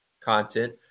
content